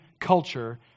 culture